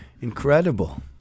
incredible